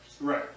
Right